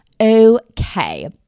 Okay